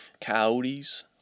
coyotes